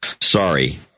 Sorry